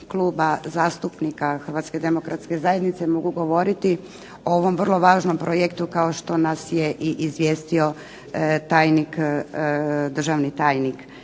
zajednice mogu govoriti o ovom vrlo važnom projektu kao što nas je i izvijestio tajnik, državni tajnik.